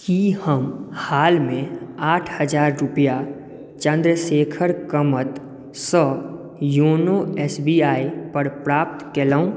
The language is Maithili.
की हम हालमे आठ हजार रुपैआ चंद्रशेखर कमत सँ योनो एस बी आई पर प्राप्त केलहुॅं